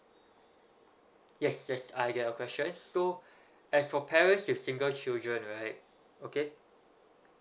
yes yes I get your question so as for parents with single children right okay